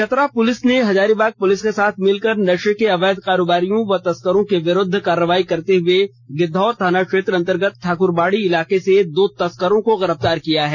Chatra police ने Hazaribagh police के साथ मिलकर नशे के अवैध कारोबारियों व तस्करों के विरूद्व कार्रवाई करते हुए गिद्वौर थाना क्षेत्र अंतर्गत ठाकुरबाड़ी इलाके से दो तस्करों को गिरफ्तार किया है